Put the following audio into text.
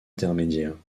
intermédiaires